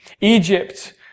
Egypt